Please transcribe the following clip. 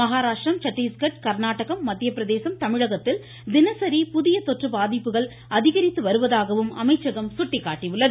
மகாராஷ்ட்ரம் சட்டீஸ்கர் கர்நாடகம் மத்தியபிரதேசம் தமிழகத்தில் தினசரி தொற்று பாதிப்புகள் அதிகரித்து வருவதாகவும் அமைச்சகம் புதிய சுட்டிக்காட்டியுள்ளது